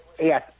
Yes